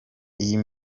iyo